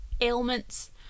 ailments